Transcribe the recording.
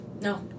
No